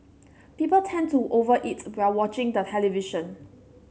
people tend to over eat while watching the television